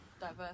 Diverse